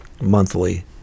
monthly